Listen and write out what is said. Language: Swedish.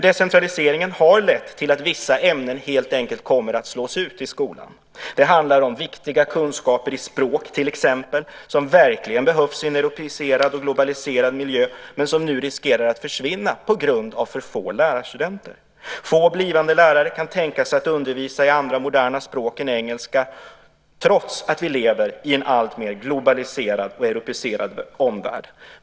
Decentraliseringen har lett till att vissa ämnen helt enkelt kommer att slås ut i skolan. Det handlar om viktiga kunskaper i språk till exempel som verkligen behövs i en europeiserad och globaliserad miljö men som nu riskerar att försvinna på grund av för få lärarstudenter. Få blivande lärare kan tänka sig att undervisa i andra moderna språk än engelska trots att vi lever i en alltmer globaliserad och europeiserad omvärld.